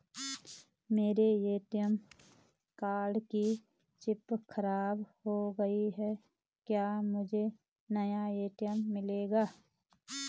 मेरे ATM card की chip खराब हो गयी है क्या मुझे नया ए.टी.एम मिलेगा?